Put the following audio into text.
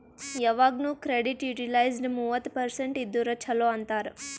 ಯವಾಗ್ನು credit utilised ಮೂವತ್ತ percent ಇದ್ದುರ ಛಲೋ ಅಂತಾರ್